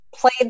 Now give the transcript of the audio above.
Played